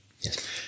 Yes